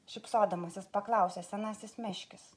šypsodamasis paklausė senasis meškis